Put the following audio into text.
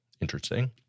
Interesting